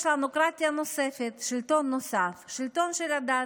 יש לנו קרטיה נוספת, שלטון נוסף, שלטון של הדת,